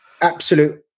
absolute